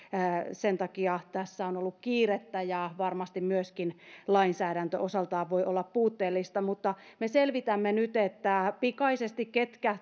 sen takia tässä on ollut kiirettä ja varmasti myöskin lainsäädäntö osaltaan voi olla puutteellista mutta me selvitämme nyt pikaisesti ketkä